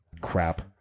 crap